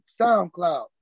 SoundCloud